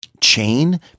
Chain